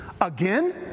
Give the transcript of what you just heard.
again